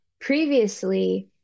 previously